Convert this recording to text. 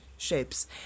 shapes